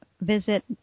visit